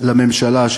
לממשלה,